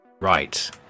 Right